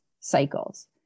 cycles